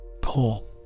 Pull